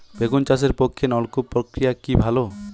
বেগুন চাষের পক্ষে নলকূপ প্রক্রিয়া কি ভালো?